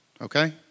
okay